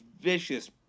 vicious